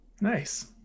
nice